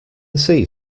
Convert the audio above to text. see